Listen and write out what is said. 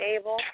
able